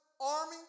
army